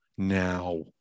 now